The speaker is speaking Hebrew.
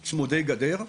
למקומות צמודי גדר.